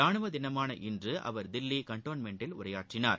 ரானுவ தினமான இன்று அவர் தில்லி கண்டோமென்ட்லில் உரையாற்றினார்